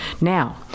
now